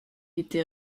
était